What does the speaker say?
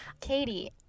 Katie